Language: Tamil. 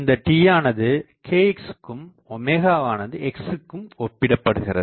இந்த t யானது kx க்கும் வானது x க்கும் ஒப்பிடப்படுகிறது